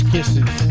Kisses